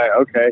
Okay